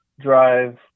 drive